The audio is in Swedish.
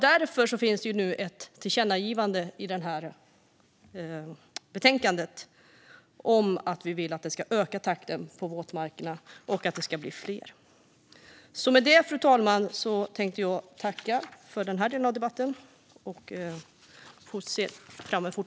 Därför föreslås i detta betänkande ett tillkännagivande om att vi vill öka takten i arbetet med våtmarkerna och att de ska bli fler.